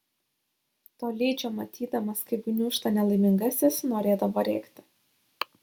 tolydžio matydamas kaip gniūžta nelaimingasis norėdavo rėkti